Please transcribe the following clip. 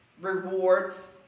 rewards